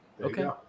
Okay